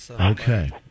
Okay